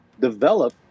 develop